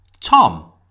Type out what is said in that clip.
Tom